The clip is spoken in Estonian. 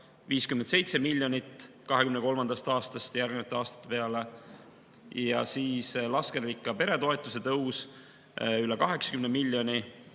57 miljonit 2023. aastast järgnevate aastate peale, ning lasterikka peretoetuse tõus üle 80 miljoni.